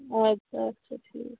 اَدٕ سا اَدٕ سا ٹھیٖک چھُ